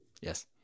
Yes